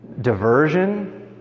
diversion